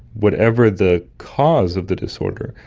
whatever the cause of the disorder,